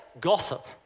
gossip